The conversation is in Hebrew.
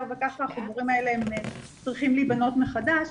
וככה החיבורים האלה צריכים להיבנות מחדש.